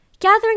Gathering